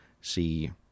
see